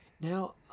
Now